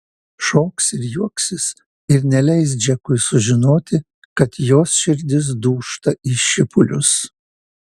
šoks ir juoksis ir neleis džekui sužinoti kad jos širdis dūžta į šipulius